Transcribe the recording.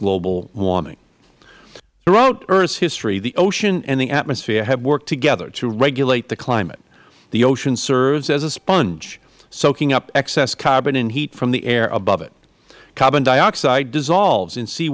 global warming throughout earth's history the ocean and the atmosphere have worked together to regulate the climate the ocean serves as a sponge soaking up excess carbon and heat from the air above it carbon dioxide dissolves in se